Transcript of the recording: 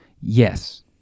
Yes